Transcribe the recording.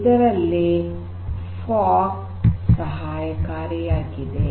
ಇದರಲ್ಲಿ ಫಾಗ್ ಸಹಾಯಕಾರಿಯಾಗಿದೆ